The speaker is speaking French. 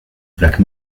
plaques